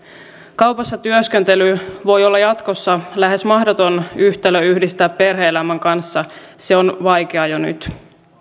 kaupassa työskentely voi olla jatkossa lähes mahdoton yhtälö yhdistää perhe elämän kanssa se on vaikeaa jo nyt